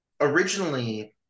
Originally